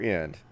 end